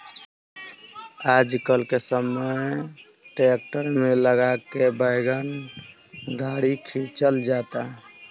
आजकल के समय ट्रैक्टर में लगा के वैगन गाड़ी खिंचल जाता